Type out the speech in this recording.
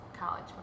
college